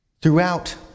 throughout